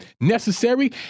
necessary